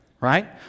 right